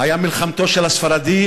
היה מלחמתו של הספרדי,